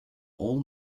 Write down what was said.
all